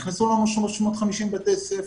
נכנסו 350 בתי ספר.